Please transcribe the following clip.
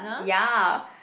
ya